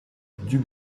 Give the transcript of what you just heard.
duc